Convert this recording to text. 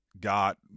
got